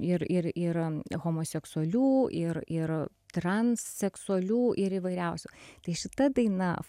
ir ir ir homoseksualių ir ir transseksualių ir įvairiausių tai šita daina